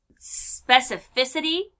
specificity